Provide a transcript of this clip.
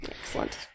Excellent